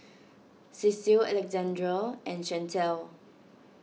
Ceil Alexandra and Shantel